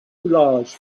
large